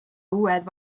uued